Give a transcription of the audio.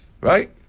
right